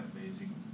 amazing